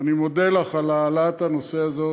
ואני מודה לך על העלאת הנושא הזה,